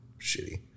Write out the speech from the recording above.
shitty